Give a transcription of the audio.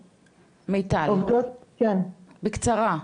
--- מיטל, בקצרה.